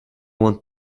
want